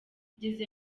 ngeze